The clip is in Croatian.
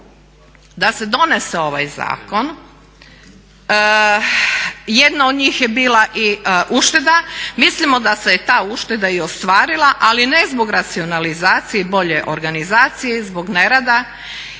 da se donese ovaj zakon, jedna od njih je bila i ušteda. Mislimo da se je ta ušteda i ostvarila ali ne zbog racionalizacije i bolje organizacije, zbog nerada